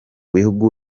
bihugu